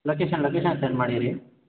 location location send ಮಾಡಿರಿ